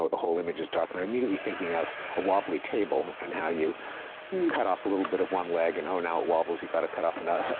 whole image is dark. and i'm immediately thinking of a wobbly table, and how you cut off a little bit of one leg, and, oh, now it wobbles. you gotta cut off another